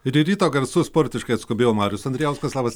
į ryto garsus sportiškai atskubėjo marius andrijauskas labas